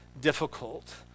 difficult